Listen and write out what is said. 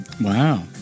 Wow